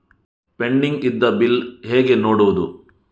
Pending ಇದ್ದ bill ಹೇಗೆ ನೋಡುವುದು?